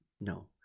no